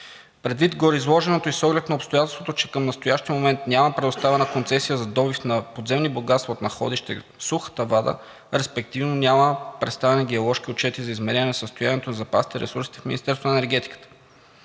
Предвид гореизложеното и с оглед на обстоятелството, че към настоящия момент няма предоставена концесия за добив на подземни богатства от находище „Сухата вада“, респективно няма представени геоложки отчети за изменение на състоянието на запасите и ресурсите в Министерството на енергетиката.